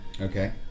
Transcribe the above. Okay